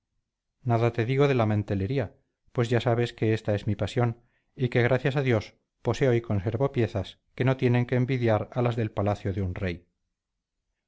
nada te digo de la mantelería pues ya sabes que esta es mi pasión y que gracias a dios poseo y conservo piezas que no tienen que envidiar a las del palacio de un rey